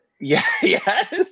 Yes